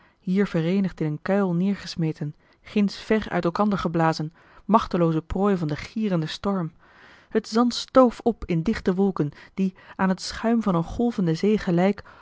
hier vereenigd in een kuil neergesmeten ginds ver uit elkander geblazen machtelooze prooi van den gierenden storm het zand stoof op in dichte wolken die aan het schuim van een golvende zee gelijk